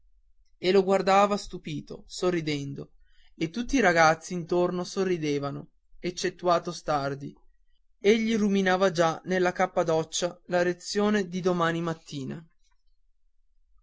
e lo guardava stupito sorridendo e tutti i ragazzi intorno sorridevano eccettuato stardi egli ruminava già nella cappadoccia la lezione di domani mattina